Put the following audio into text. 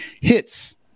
hits